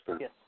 Yes